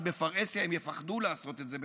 כי בפרהסיה הם יפחדו לעשות את זה,